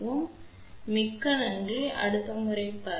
எனவே அதனுடன் மிக்க நன்றி அடுத்த முறை பை பார்க்கிறேன்